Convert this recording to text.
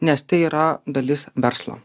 nes tai yra dalis verslo